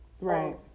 right